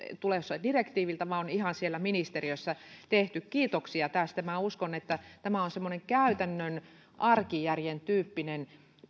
tule direktiivistä tämä on ihan siellä ministeriössä tehty kiitoksia tästä minä uskon että tämä on semmoinen käytännön arkijärjen tyyppinen